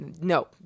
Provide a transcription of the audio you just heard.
no